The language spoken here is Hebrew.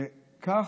הינה.